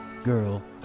Girl